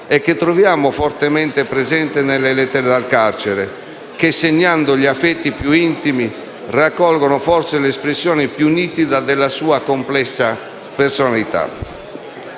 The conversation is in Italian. e che troviamo fortemente presente sopratutto nelle «Lettere dal carcere» che, segnando gli affetti più intimi, racchiudono forse l'espressione più nitida della sua complessa personalità.